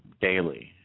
daily